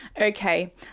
Okay